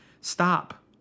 stop